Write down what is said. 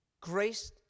grace